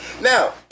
Now